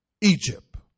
Egypt